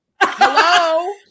Hello